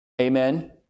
amen